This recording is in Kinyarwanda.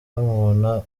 bamubona